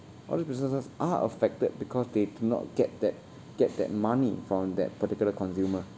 all these businesses are affected because they did not get that get that money from that particular consumer